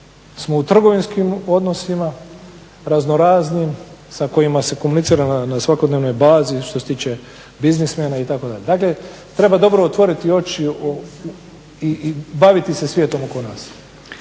smo u trgovinskim odnosima razno raznim, sa kojima se komunicira na svakodnevnoj bazi što se tiče biznismena itd. Dakle, treba dobro otvoriti oči i baviti se svijetom oko nas.